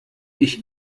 ich